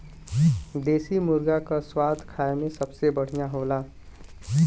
देसी मुरगा क स्वाद खाए में सबसे बढ़िया होला